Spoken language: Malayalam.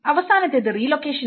അവസാനത്തേത് റീലൊക്കേഷൻ ആണ്